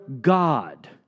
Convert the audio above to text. God